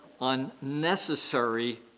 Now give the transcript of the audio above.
unnecessary